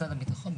משרד הביטחון,